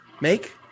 Make